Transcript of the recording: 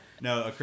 No